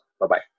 Bye-bye